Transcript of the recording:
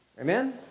Amen